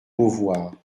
beauvoir